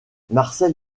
marcel